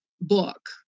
book